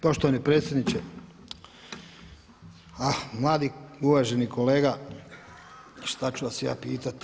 Poštovani predsjedniče, ah mladi uvaženi kolega šta ću vas ja pitati.